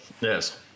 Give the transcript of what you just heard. Yes